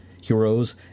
Heroes